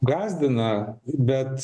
gąsdina bet